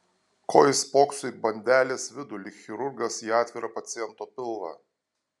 ko jis spokso į bandelės vidų lyg chirurgas į atvirą paciento pilvą